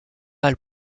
mal